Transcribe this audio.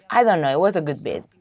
i don't know. it was a good bit.